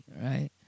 right